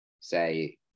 say